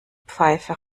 pfeife